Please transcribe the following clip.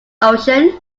ocean